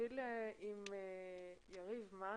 נתחיל עם יריב מן,